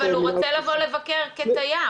אבל הוא רוצה לבוא לבקר כתייר,